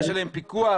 יש עליהם פיקוח.